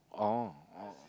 oh oh